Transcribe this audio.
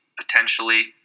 potentially